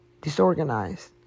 disorganized